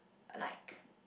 like